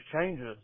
changes